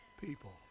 people